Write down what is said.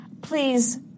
Please